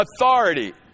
authority